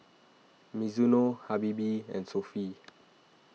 Mizuno Habibie and Sofy